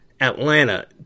Atlanta